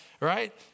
right